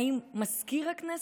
האם "מזכיר הכנסת"